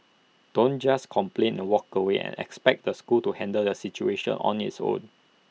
don't just complain and walk away and expect the school to handle the situation on its own